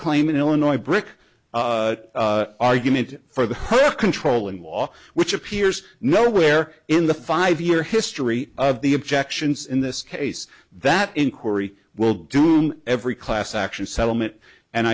claim an illinois brick argument for the her controlling law which appears nowhere in the five year history of the objections in this case that inquiry will do every class action settlement and